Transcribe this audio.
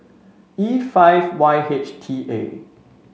E five Y H T A